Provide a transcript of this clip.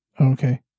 Okay